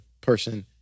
person